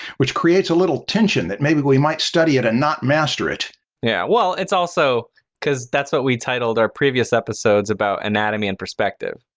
which creates a little tension that maybe we might study it and not master it. stan yeah, well, it's also cause that's what we titled our previous episodes about anatomy and perspective.